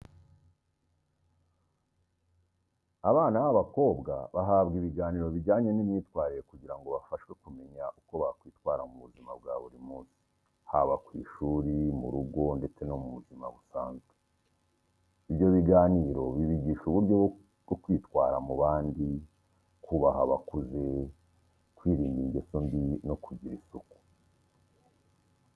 Abana b'abakobwa bahabwa ibiganiro bijyanye n'imyitwarire kugira ngo bafashwe kumenya uko bakwitwara mu buzima bwa buri munsi, haba ku ishuri, mu rugo ndetse no mu buzima busanzwe. Ibyo biganiro bibigisha uburyo bwo kwitwara mu bandi, kubaha abakuze, kwirinda ingeso mbi no kugira isuku.